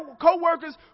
co-workers